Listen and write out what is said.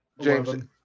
James